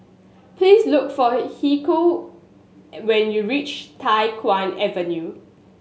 please look for Kiyoko when you reach Tai Hwan Avenue